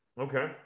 Okay